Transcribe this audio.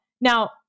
Now